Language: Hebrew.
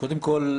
קודם כול,